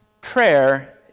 Prayer